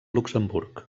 luxemburg